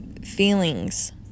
feelings